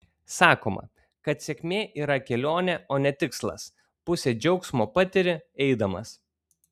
sakoma kad sėkmė yra kelionė o ne tikslas pusę džiaugsmo patiri eidamas